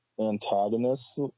antagonists